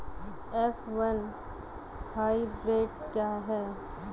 F one hybrid क्या है?